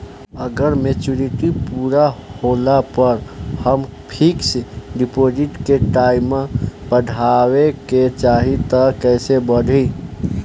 अगर मेचूरिटि पूरा होला पर हम फिक्स डिपॉज़िट के टाइम बढ़ावे के चाहिए त कैसे बढ़ी?